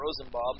Rosenbaum